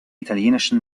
italienischen